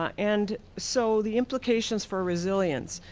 and so the implications for resilience,